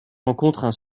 rencontrent